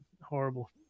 horrible